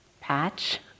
patch